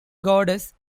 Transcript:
goddess